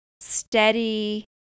steady